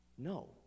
No